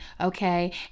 okay